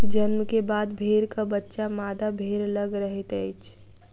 जन्म के बाद भेड़क बच्चा मादा भेड़ लग रहैत अछि